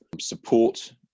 support